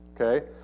okay